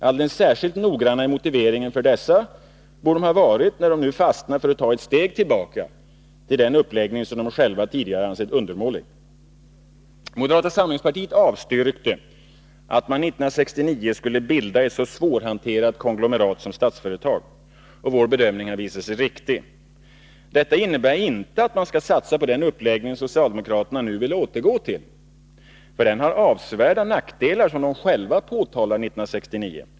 Alldeles särskilt noggranna i motiveringen för dessa borde de ha varit, när de nu fastnar för att ta ett steg tillbaka till den uppläggning som de själva tidigare ansett undermålig. Moderata samlingspartiet avstyrkte att man 1969 skulle bilda ett så svårhanterat konglomerat som Statsföretag. Vår bedömning har visat sig riktig. Detta innebär inte att man skall satsa på den uppläggning som socialdemokraterna nu vill återgå till. Den har avsevärda nackdelar, som de själva påtalade 1969.